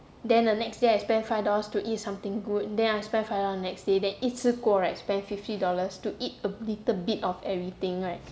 then the next day I spend five dollars to eat something good then I spend five dollars the next day then 一次过 right spend fifty dollars to eat a little bit of everything right